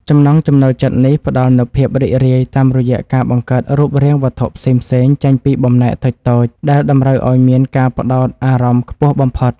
ចំណង់ចំណូលចិត្តនេះផ្ដល់នូវភាពរីករាយតាមរយៈការបង្កើតរូបរាងវត្ថុផ្សេងៗចេញពីបំណែកតូចៗដែលតម្រូវឱ្យមានការផ្ដោតអារម្មណ៍ខ្ពស់បំផុត។